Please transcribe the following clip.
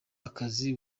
akazi